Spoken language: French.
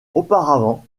auparavant